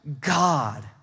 God